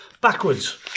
backwards